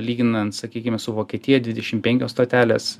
lyginant sakykime su vokietija dvidešim penkios stotelės